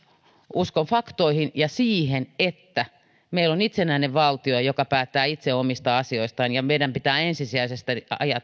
uskon faktoihin ja siihen että meillä on itsenäinen valtio joka päättää itse omista asioistaan ja meidän pitää ensisijaisesti